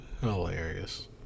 Hilarious